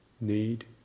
need